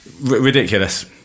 ridiculous